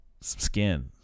skin